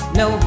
no